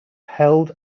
held